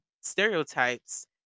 stereotypes